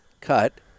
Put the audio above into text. cut